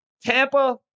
Tampa